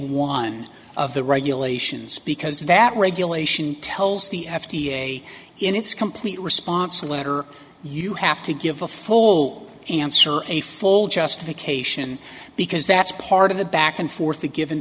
one of the regulations because that regulation tells the f d a in its complete response a letter you have to give a full answer or a full justification because that's part of the back and forth the give and